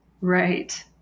Right